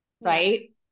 right